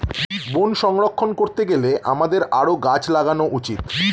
বন সংরক্ষণ করতে গেলে আমাদের আরও গাছ লাগানো উচিত